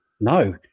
no